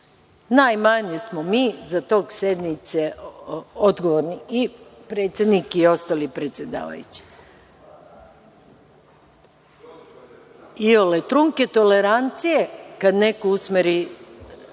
Najmanje smo mi za tok sednice odgovorni, i predsednik i ostali predsedavajući. Iole trule tolerancije kada neko usmeri